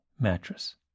Mattress